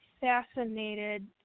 fascinated